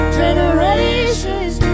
generations